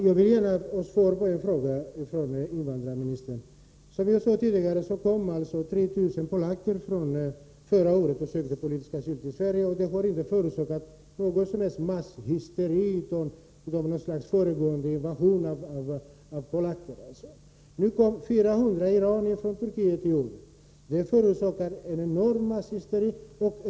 Herr talman! Jag skulle vilja be invandrarministern svara på ytterligare en fråga. z Som jag sade tidigare sökte 3 000 polacker politisk asyl i Sverige förra året. Det har inte förorsakat någon som helst masshysteri där man talat om en förestående invasion av polacker eller något liknande. Men de 400 iranier som kom hit från Turkiet förorsakade däremot en enormt omfattande masshysteri.